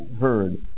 heard